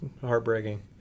Heartbreaking